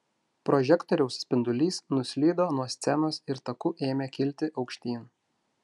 prožektoriaus spindulys nuslydo nuo scenos ir taku ėmė kilti aukštyn